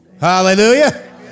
Hallelujah